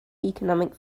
economic